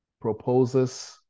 proposes